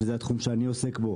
שזה התחום שאני עוסק בו,